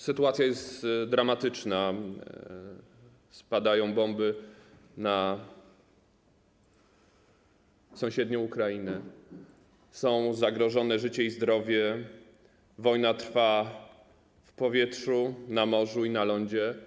Sytuacja jest dramatyczna, spadają bomby na sąsiednią Ukrainę, są zagrożone życie i zdrowie ludzi, wojna trwa w powietrzu, na morzu i na lądzie.